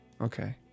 okay